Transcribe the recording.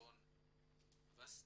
עיתון וסטי,